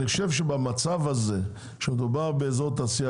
אני חושב שבמצב הזה כשמדובר באזור תעשייה